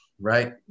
right